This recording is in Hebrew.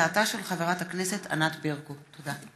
בהצעתה של חברת הכנסת ענת ברקו בנושא: